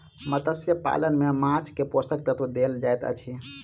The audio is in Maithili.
मत्स्य पालन में माँछ के पोषक तत्व देल जाइत अछि